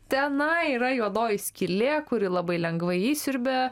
tenai yra juodoji skylė kuri labai lengvai įsiurbia